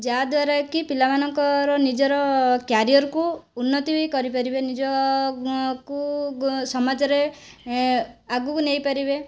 ଯାହାଦ୍ୱାରାକି ପିଲାମାନଙ୍କର ନିଜର କ୍ୟାରିଅରକୁ ଉନ୍ନତି ବି କରି ପାରିବେ ନିଜକୁ ସମାଜରେ ଏ ଆଗକୁ ନେଇ ପାରିବେ